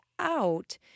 Out